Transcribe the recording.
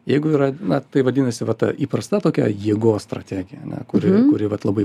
jeigu yra na tai vadinasi va ta įprasta tokia jėgos strategija ane kuri kuri vat labai